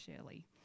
Shirley